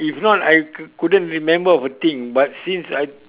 if not I couldn't remember of a thing but since I